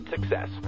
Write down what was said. success